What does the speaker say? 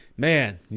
Man